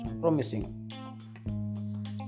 promising